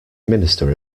minister